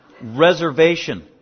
Reservation